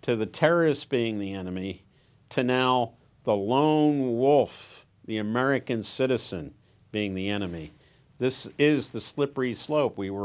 to the terrorists being the enemy to now the lone wolf the american citizen being the enemy this is the slippery slope we were